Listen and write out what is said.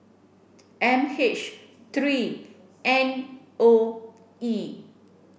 M H three N O E